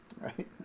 right